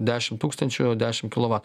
dešim tūkstančių dešim kilovatų